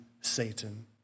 Satan